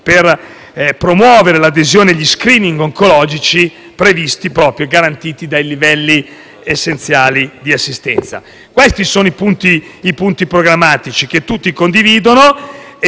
per promuovere l'adesione agli *screening* oncologici previsti e garantiti dai Livelli essenziali di assistenza. Questi sono i punti programmatici che tutti condividono